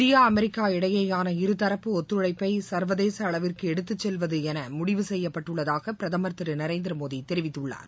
India America இடையேயான இருதரப்பு ஒத்துழைப்பை சர்வதேச அளவிற்கு எடுத்து செல்வது என முடிவு செய்யப்பட்டுள்ளதாக பிரதமர் திரு நரேந்திரமோடி தெரிவித்துள்ளார்